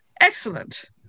Excellent